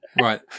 Right